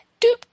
Doop